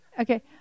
Okay